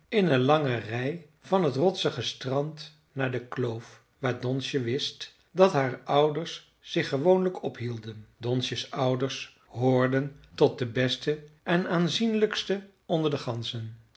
in een lange rij van het rotsige strand naar de kloof waar donsje wist dat haar ouders zich gewoonlijk ophielden donsje's ouders hoorden tot de besten en aanzienlijksten onder de ganzen